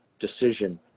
decision